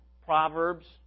Proverbs